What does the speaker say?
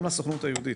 גם הסוכנות היהודית,